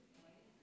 דקות?